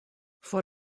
foar